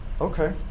okay